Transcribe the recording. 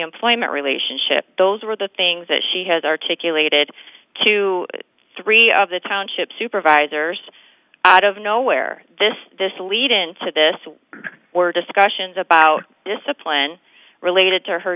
employment relationship those were the things that she has articulated to three of the township supervisors out of nowhere this this lead into this were discussions about discipline related to her